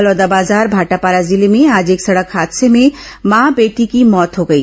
बलौदबाजार भाटापारा जिले में आज एक सड़क हादसे में मां बेटी की मौत हो गई